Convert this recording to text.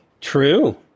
True